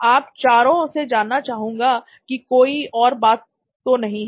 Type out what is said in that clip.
आप चारों से जानना चाहूंगा कि कोई और बात तो नहीं है